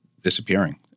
disappearing